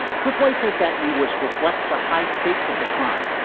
cliff white says that anguish reflects the high stakes of the crime